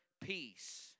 peace